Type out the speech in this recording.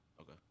Okay